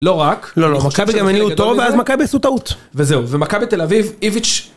לא רק, לא, לא, מכב עשו טוב, ואז מכבי עשו טעות, וזהו, ומכבי תל אביב, איביץ'.